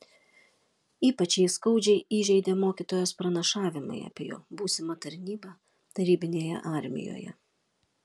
ypač jį skaudžiai įžeidė mokytojos pranašavimai apie jo būsimą tarnybą tarybinėje armijoje